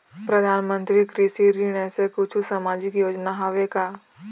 परधानमंतरी कृषि ऋण ऐसे कुछू सामाजिक योजना हावे का?